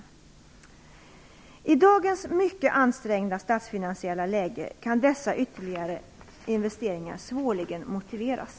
I dagens mycket ansträngda statsfinansiella läge kan dessa ytterligare investeringar svårligen motiveras.